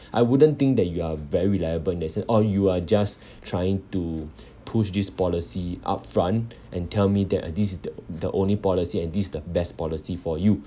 I wouldn't think that you are very reliable in that sense or you are just trying to push this policy up front and tell me that this is the the only policy and this the best policy for you